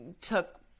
took